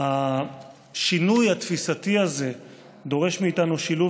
השינוי התפיסתי הזה דורש מאיתנו שילוב